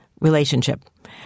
relationship